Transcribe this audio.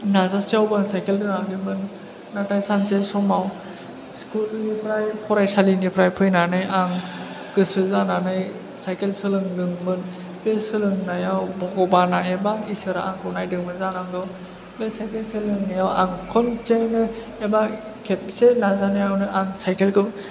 नाजासेयावबो आं साइकेल रोङाखैमोन नाथाय सानसे समाव स्कुल निफ्राय फरायसालिनिफ्राय फैनानै आं गोसो जानानै साइकेल सोलोंदोंमोन बे सोलोंनायाव भगबाना एबा इसोरा आंखौ नायदोंमोन जानांगौ बे साइकेल सोलोंनायाव आं खनसेनो एबा खेबसे नाजानायावनो आं साइकेल खौ